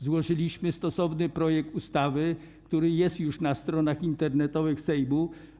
Złożyliśmy stosowny projekt ustawy, który jest już na stronach internetowych Sejmu.